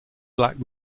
black